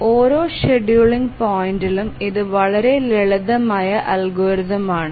ഓരോ ഷെഡ്യൂളിംഗ് പോയിന്റിലും ഇത് വളരെ ലളിതമായ അൽഗോരിതം ആണ്